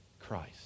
Christ